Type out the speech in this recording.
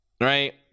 right